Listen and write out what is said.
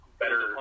better